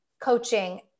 coaching